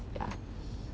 ya